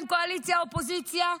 אין קואליציה ואופוזיציה.